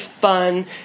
fun